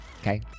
Okay